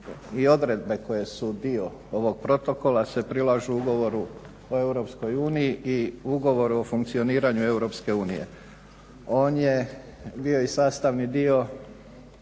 i odredbe koje su dio ovog protokola se prilažu ugovoru o Europskoj uniji i ugovoru o funkcioniranju Europske unije. On je bio i sastavni dio